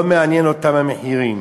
לא מעניינת אותם עליית המחירים.